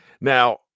Now